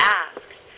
asked